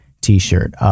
t-shirt